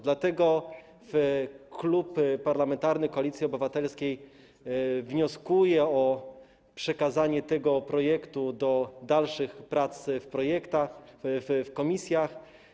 Dlatego Klub Parlamentarny Koalicja Obywatelska wnioskuje o przekazanie tego projektu do dalszych prac w komisjach.